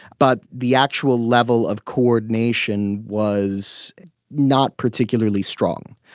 but the actual level of coordination was not particularly strong,